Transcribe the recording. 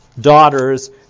daughters